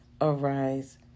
arise